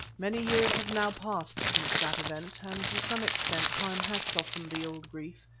many years have now passed since that event, and to some extent time has softened the old grief,